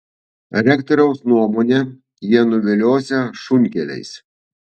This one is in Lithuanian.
rektoriaus nuomone jie nuviliosią šunkeliais